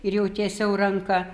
ir jau tiesiau ranką